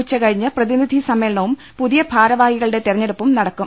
ഉച്ചകഴിഞ്ഞ് പ്രതിനിധി സമ്മേളനവും പുതിയ ഭാരവാഹികളുടെ തെരഞ്ഞെടുപ്പും നടക്കും